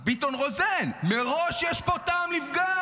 ביטון-רוזן: "מראש יש פה טעם לפגם,